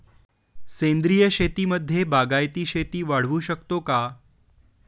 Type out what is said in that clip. सेंद्रिय शेतीमध्ये बागायती शेती वाढवू शकतो का?